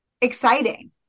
exciting